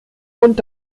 und